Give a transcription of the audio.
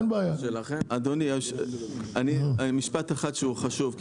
אדוני, משפט אחד שהוא חשוב.